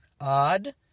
odd